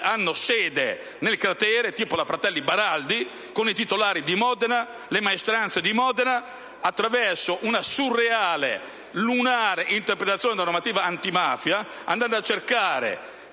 hanno sede nel cratere (come la Fratelli Baraldi), con i titolari di Modena, le maestranze di Modena, attraverso una surreale, lunare interpretazione della normativa antimafia, non sulla